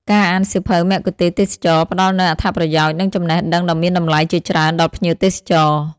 ការអានសៀវភៅមគ្គុទ្ទេសក៍ទេសចរណ៍ផ្ដល់នូវអត្ថប្រយោជន៍ និងចំណេះដឹងដ៏មានតម្លៃជាច្រើនដល់ភ្ញៀវទេសចរ។